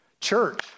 Church